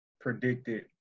predicted